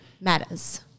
matters